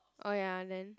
oh ya and then